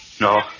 No